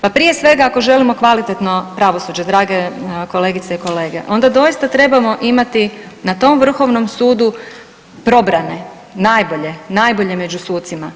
Pa prije svega ako želimo kvalitetno pravosuđe drage kolegice i kolege, onda doista trebamo imati na tom Vrhovnom sudu probrane, najbolje, najbolje među sucima.